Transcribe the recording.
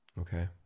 Okay